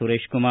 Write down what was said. Sureshkumar